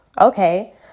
Okay